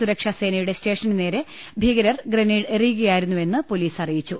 സുരക്ഷാസേന യുടെ സ്റ്റേഷനു നേരെ ഭീകരർ ഗ്രനേഡ് എറിയുകയായിരുന്നു വെന്ന് പൊലീസ് അറിയിച്ചു